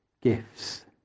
gifts